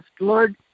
Lord